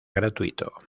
gratuito